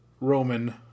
Roman